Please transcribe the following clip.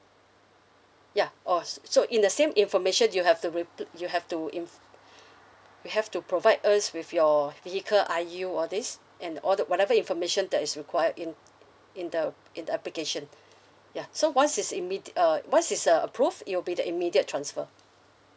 ya oh so so in the same information you have to repl~ you have to info~ you have to provide us with your vehicle I_U all this and all the whatever information that is required in in the in the application ya so once it's immedia~ uh once it's uh approved it'll be the immediate transfer